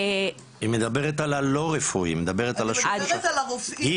היא מדברת על הלא רפואי, היא מדברת על השוק השחור.